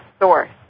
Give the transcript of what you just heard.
source